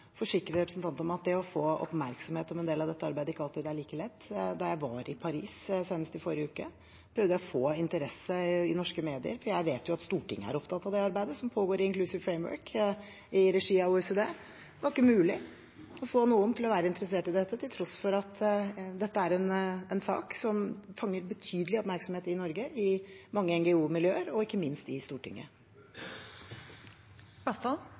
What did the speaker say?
forsikre representanten Bastholm om at å få oppmerksomhet om en del av dette arbeidet ikke alltid er like lett. Senest i forrige uke da jeg var i Paris, prøvde jeg å få interesse for dette i norske medier, for jeg vet jo at Stortinget er opptatt av det arbeidet som pågår i Inclusive Framework i regi av OECD. Det var ikke mulig å få noen til å være interessert i dette, til tross for at dette er en sak som fanger betydelig oppmerksomhet i Norge, i mange NGO-miljøer og ikke minst i